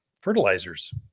fertilizers